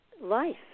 life